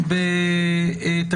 צהרים טובים, חג שמח לכולם.